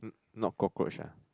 n~ not cockroach ah